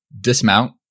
dismount